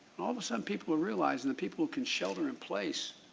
um so um people are realizing that people can shelter in place